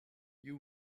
you